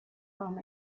from